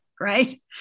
right